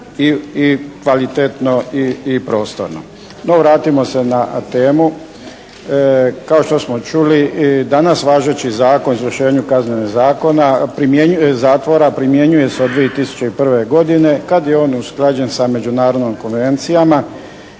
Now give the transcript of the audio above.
i kvalitetno i prostorno. No vratimo se na temu. Kao što smo čuli i danas važeći Zakon o izvršenju kazne zatvora primjenjuje se od 2001. godine kad je on usklađen sa međunarodnim konvencijama